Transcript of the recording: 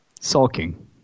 sulking